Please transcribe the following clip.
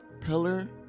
pillar